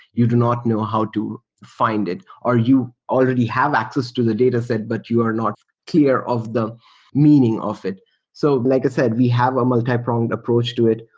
you do not know how to find it or you already have access to the dataset but you are not clear of the meaning of it. so like i said, we have a multi-pronged approach to it.